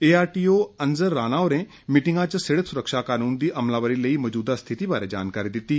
ARTO इनजर राणा होरें meeting च सिड़क सुरक्षा कानून दी अमलावरी लेई मौजूदा स्थिति बारै जानकारी दित्ती